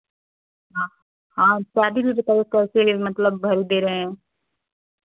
हाँ हाँ शादी भी बताइए कैसे मतलब भई दे रहे हैं